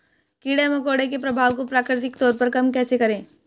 कीड़े मकोड़ों के प्रभाव को प्राकृतिक तौर पर कम कैसे करें?